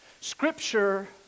Scripture